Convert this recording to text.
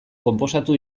konposatu